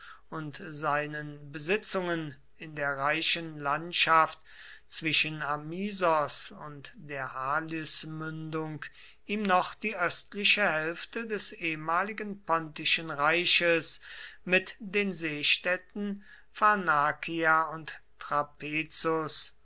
und seinen besitzungen in der reichen landschaft zwischen amisos und der halysmündung ihm noch die östliche hälfte des ehemals pontischen reiches mit den seestädten pharnakia und trapezus